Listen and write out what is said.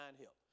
help